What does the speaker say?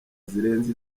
zirenze